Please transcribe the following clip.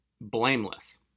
blameless